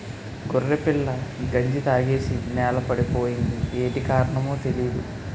గొర్రెపిల్ల గంజి తాగేసి నేలపడిపోయింది యేటి కారణమో తెలీదు